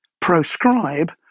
proscribe